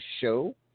show